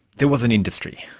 there was an industry.